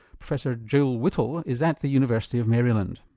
professor jill whitall is at the university of maryland.